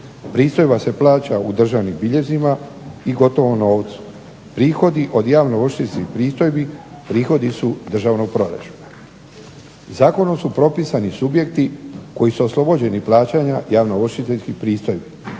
Pristojba se plaća u državnim biljezima i gotovom novcu. Prihodi od javnoovršiteljskih pristojbi prihodi su državnog proračuna. Zakonom su propisani subjekti koji su oslobođeni plaćanja javnoovršiteljskih pristojbi.